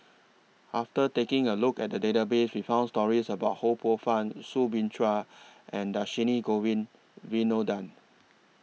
after taking A Look At The Database We found stories about Ho Poh Fun Soo Bin Chua and Dhershini Govin Winodan